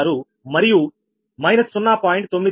056 మరియు −0